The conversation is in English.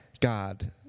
God